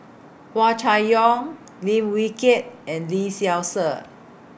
Hua Chai Yong Lim Wee Kiak and Lee Seow Ser